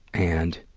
and